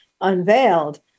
unveiled